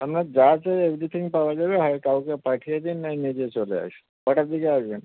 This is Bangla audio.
আপনার যা চাই এভরিথিং পাওয়া যাবে হয় কাউকে পাঠিয়ে দিন নয় নিজে চলে আসুন কটার দিকে আসবেন